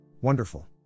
Wonderful